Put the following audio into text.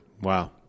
Wow